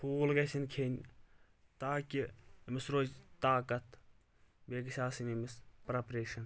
ٹھوٗل گژھن کھٮ۪نۍ تاکہِ أمِس روزِ طاقت بیٚیہِ گژھِ آسٕنۍ أمِس پریپریشن